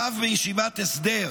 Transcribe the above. רב בישיבת הסדר